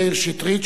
מאיר שטרית,